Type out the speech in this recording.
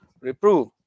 reprove